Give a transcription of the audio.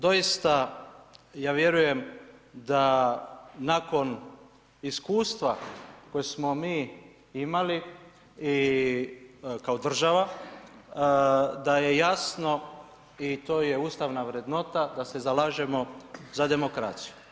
Doista ja vjerujem da nakon iskustva koje smo mi imali i kako država da je jasno i to je ustavna vrednota da se zalažemo za demokraciju.